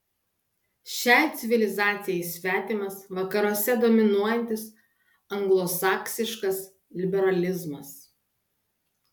šiai civilizacijai svetimas vakaruose dominuojantis anglosaksiškas liberalizmas